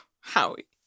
Howie